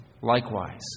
Likewise